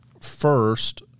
first